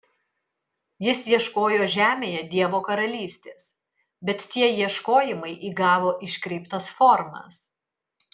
jis ieškojo žemėje dievo karalystės bet tie ieškojimai įgavo iškreiptas formas